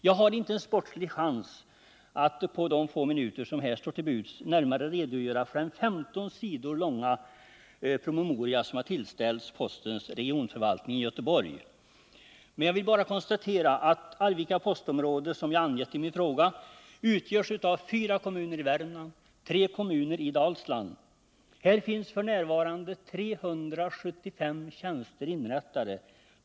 Jag har inte en sportslig chans att på de få minuter som här står till buds närmare redogöra för den 15 sidor långa promemoria som tillställts postens regionförvaltning i Göteborg. Men jag vill konstatera att Arvika postområde, som jag angett i min fråga, utgörs av fyra kommuner i Värmland och tre kommuner i Dalsland. Här finns f. n. 375 tjänster inrättade.